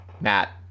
Matt